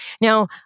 Now